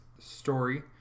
story